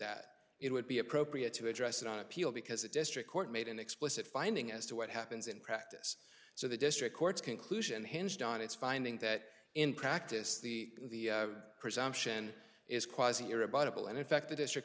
that it would be appropriate to address it on appeal because it district court made an explicit finding as to what happens in practice so the district court's conclusion hinged on its finding that in practice the presumption is causing a rebuttable and in fact the district